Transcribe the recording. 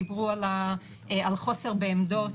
דיברו על חוסר בעמדות